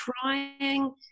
trying